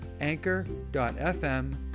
anchor.fm